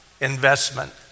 investment